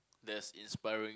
that's inspiring